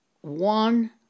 one